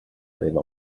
aveva